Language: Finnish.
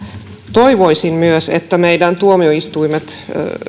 toivoisin myös että meidän tuomioistuimet